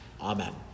Amen